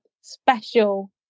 special